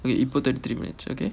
இப்ப:ippa thirty three minutes okay